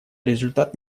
результат